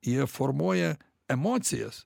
jie formuoja emocijas